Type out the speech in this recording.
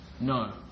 no